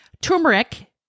Turmeric